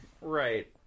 right